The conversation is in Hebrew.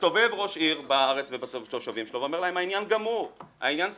מסתובב ראש עיר בארץ לתושבים שלו ואומר להם: העניין גמור,